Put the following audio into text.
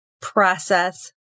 process